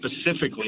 Specifically